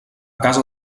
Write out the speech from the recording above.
casa